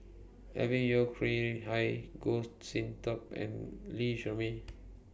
Alvin Yeo Khirn Hai Goh Sin Tub and Lee Shermay